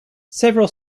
several